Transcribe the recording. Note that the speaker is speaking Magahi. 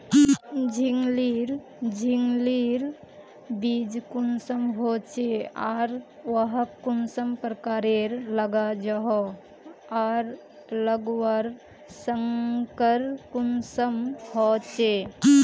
झिंगली झिंग लिर बीज कुंसम होचे आर वाहक कुंसम प्रकारेर लगा जाहा आर लगवार संगकर कुंसम होचे?